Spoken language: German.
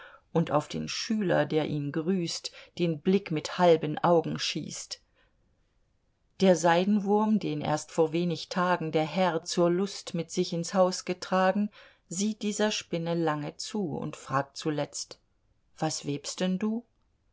und auf den schüler der ihn grüßt den blick mit halben augen schießt der seidenwurm den erst vor wenig tagen der herr zur lust mit sich ins haus getragen sieht dieser spinne lange zu und fragt zuletzt was webst denn du